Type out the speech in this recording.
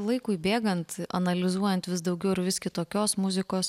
laikui bėgant analizuojant vis daugiau ir vis kitokios muzikos